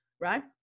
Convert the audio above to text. right